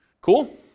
Cool